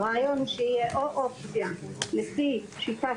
הרעיון הוא שיהיה או אופציה לפי שיטת